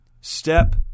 Step